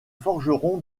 forgeron